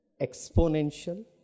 exponential